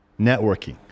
networking